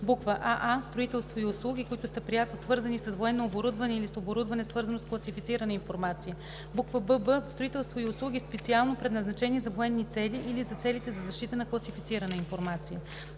със: аа) строителство и услуги, които са пряко свързани с военно оборудване или с оборудване, свързано с класифицирана информация; бб) строителство и услуги, специално предназначени за военни цели или за целите на защита на класифицирана информация;